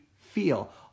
feel